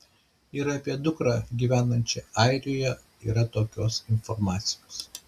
ir apie dukrą gyvenančią airijoje yra tokios informacijos